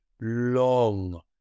long